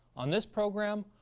on this program,